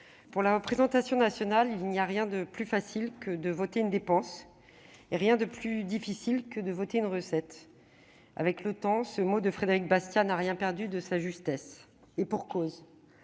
pour les représentants, il n'y a rien de plus facile que de voter une dépense, et rien de plus difficile que de voter une recette. » Avec le temps, ce mot de Frédéric Bastiat n'a rien perdu de sa justesse. Et pour cause